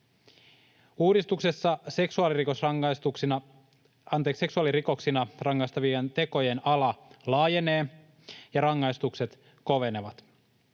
Uudistuksessa seksuaalirikoksina rangaistavien tekojen ala laajenee ja rangaistukset kovenevat.